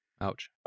Ouch